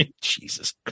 Jesus